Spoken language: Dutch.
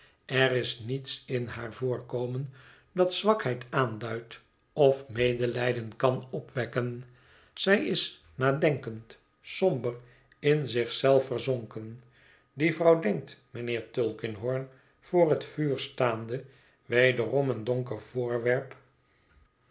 er is niets in haar voorkomen dat zwakheid aanduidt of medelijden kan opwekken zij is nadenkend somber in zich zelfverzonken die vrouw denkt mijnheer tulkinghorn voor het vuur staande wederom een donker voorwerp